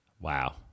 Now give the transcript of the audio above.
Wow